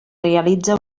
realitza